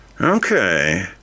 Okay